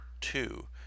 two